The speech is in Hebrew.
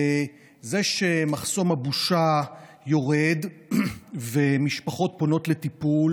זה שמחסום הבושה יורד ומשפחות פונות לטיפול